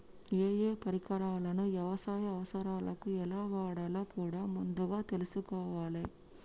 ఏయే పరికరాలను యవసాయ అవసరాలకు ఎలా వాడాలో కూడా ముందుగా తెల్సుకోవాలే